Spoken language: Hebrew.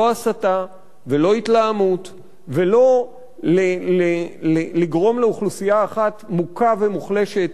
לא הסתה ולא התלהמות ולא לגרום לאוכלוסייה אחת מוכה ומוחלשת,